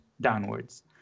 downwards